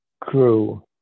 crew